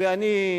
ואני,